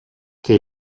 che